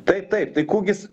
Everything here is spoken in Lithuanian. taip taip tai kūgis